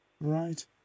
Right